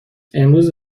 امروز